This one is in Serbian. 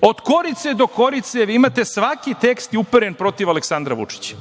Od korice do korice svaki tekst je uperen protiv Aleksandra Vučića.